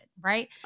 right